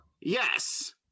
Yes